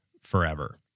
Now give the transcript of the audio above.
forever